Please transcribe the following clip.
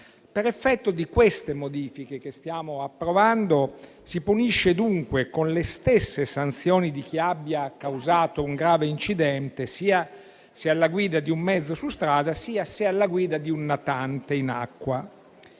Per effetto di queste modifiche che stiamo approvando, si punisce dunque con le stesse sanzioni chi abbia causato un grave incidente, sia se alla guida di un mezzo su strada, sia se alla guida di un natante in acqua.